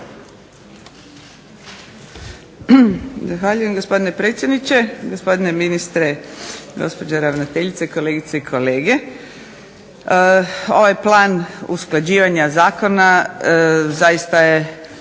Zahvaljujem gospodine predsjedniče, gospodine ministre, gospođo ravnateljice, kolegice i kolege. Ovaj plan usklađivanja zakona zaista je,